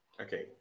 Okay